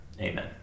Amen